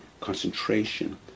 concentration